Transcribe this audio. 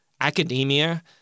academia